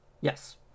Yes